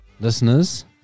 Listeners